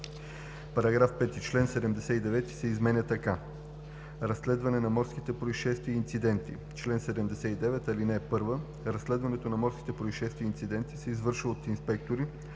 § 5: „§ 5. Член 79 се изменя така: „Разследване на морски произшествия и инциденти „Чл. 79. (1) Разследването на морски произшествия и инциденти се извършва от инспектори